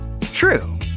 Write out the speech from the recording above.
True